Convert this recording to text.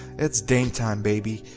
it's dame time baby.